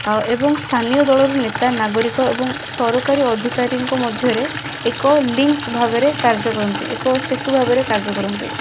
ଆ ଏବଂ ସ୍ଥାନୀୟ ଦଳରନେତା ନାଗରିକ ଏବଂ ସରକାରୀ ଅଧିକାରୀଙ୍କ ମଧ୍ୟରେ ଏକ ଲିଙ୍କ୍ ଭାବରେ କାର୍ଯ୍ୟ କରନ୍ତି ଏକ ସେତୁଭାବରେ କାର୍ଯ୍ୟ କରନ୍ତି